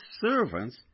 servants